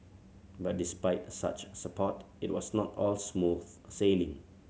but despite such support it was not all smooth sailing